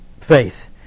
faith